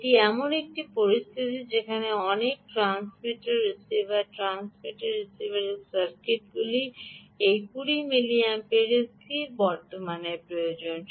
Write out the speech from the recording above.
এটি এমন একটি পরিস্থিতি যেখানে অনেক ট্রান্সমিটার রিসিভারের ট্রান্সমিটার এবং রিসিভারস সার্কিটগুলিতে এই 20 মিলিঅ্যাম্পিয়ারের স্থির বর্তমানের প্রয়োজন